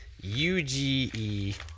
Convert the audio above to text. UGE